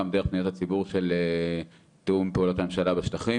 גם דרך פניות הציבור של תיאום פעולות הממשלה בשטחים.